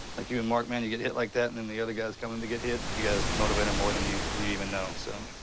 like you and mark, man you get hit like that, and then the other guy's coming to get hit. you guys motivate em more than you and you even know, so.